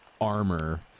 armor